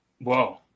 Whoa